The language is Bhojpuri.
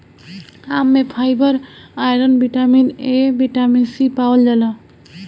आम में fibre, iron, vitamin A, vitamin C पावल जाला